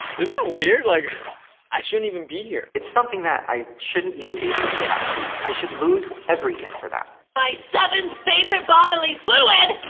isn't that weird? like i shouldn't even be here. it's something that i shouldn't even be able to get out of. i should lose everything for that. my seventh favorite bodily fluid!